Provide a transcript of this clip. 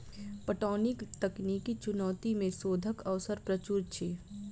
पटौनीक तकनीकी चुनौती मे शोधक अवसर प्रचुर अछि